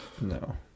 No